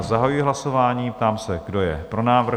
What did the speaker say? Zahajuji hlasování a ptám se, kdo je pro návrh?